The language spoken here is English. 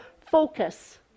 focus